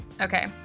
Okay